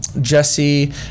jesse